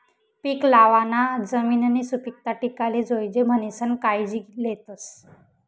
पीक लावाना जमिननी सुपीकता टिकाले जोयजे म्हणीसन कायजी लेतस